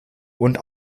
und